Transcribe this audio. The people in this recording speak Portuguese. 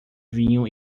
vinho